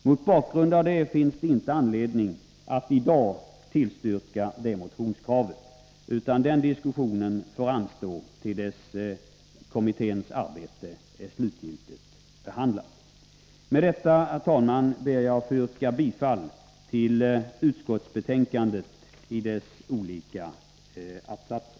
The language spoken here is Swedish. Mot bakgrund av detta finns det inte anledning att i dag tillstyrka motionskravet. Den diskussionen får anstå tills kommitténs arbete är slutgiltigt behandlat. Med detta, herr talman, ber jag att få yrka bifall till utskottets hemställan i dess olika attsatser.